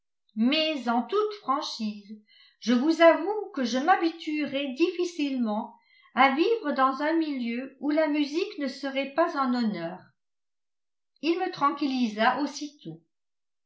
mais en toute franchise je vous avoue que je m'habituerai difficilement à vivre dans un milieu où la musique ne serait pas en honneur il me tranquillisa aussitôt